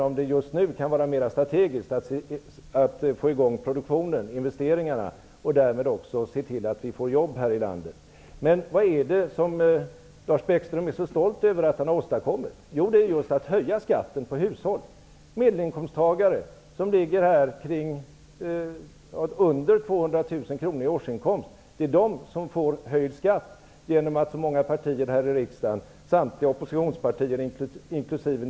Men just nu kan det vara mer strategiskt att få i gång produktionen och investeringarna -- och därmed se till att vi får jobb i landet. Men vad är det som Lars Bäckström är så stolt över att han har åstadkommit? Jo, det är just att höja skatten för hushållen. Det är medelinkomsttagare som ligger under 200 000 kr i årsinkomst som får höjda skatter. Det beror på att samtliga oppositionspartier, inkl.